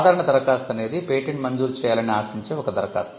సాధారణ దరఖాస్తు అనేది పేటెంట్ మంజూరు చేయాలని ఆశించే ఒక దరఖాస్తు